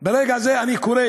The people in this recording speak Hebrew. ברגע זה אני קורא